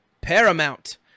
Paramount